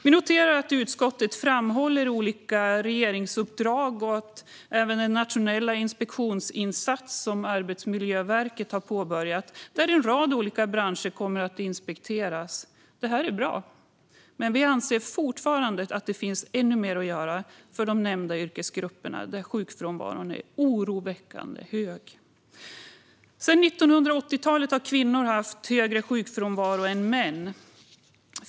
Vi noterar att utskottet framhåller olika regeringsuppdrag och även den nationella inspektionsinsats som Arbetsmiljöverket har påbörjat. Där kommer en rad olika branscher att inspekteras. Det är bra. Men vi anser fortfarande att det finns ännu mer att göra för de nämnda yrkesgrupperna där sjukfrånvaron är oroväckande hög. Sedan 1980-talet har kvinnor haft högre sjukfrånvaro än män.